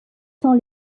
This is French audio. sans